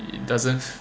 it doesn't